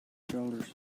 shoulders